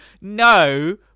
No